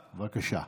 בבקשה.